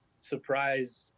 surprise